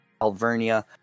Alvernia